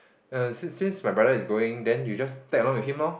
err since my brother is going then you just tag along with him lor